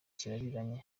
kirabiranya